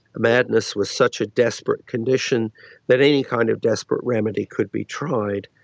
madness was such a desperate condition that any kind of desperate remedy could be tried.